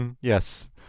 yes